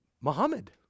Muhammad